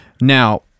Now